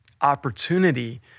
opportunity